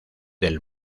del